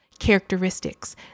characteristics